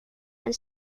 and